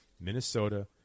minnesota